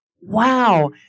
Wow